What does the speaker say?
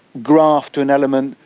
graft to an element,